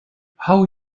hou